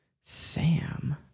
Sam